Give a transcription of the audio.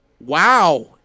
Wow